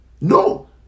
No